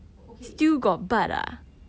okay it's